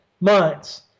months